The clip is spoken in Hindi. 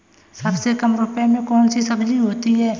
सबसे कम रुपये में कौन सी सब्जी होती है?